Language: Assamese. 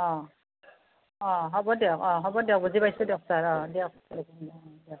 অঁ অঁ হ'ব দিয়ক অঁ হ'ব দিয়ক বুজি পাইছোঁ দিয়ক ছাৰ অঁ দিয়ক অঁ